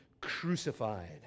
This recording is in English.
crucified